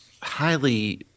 highly